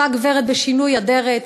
אותה גברת בשינוי אדרת,